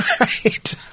Right